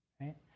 right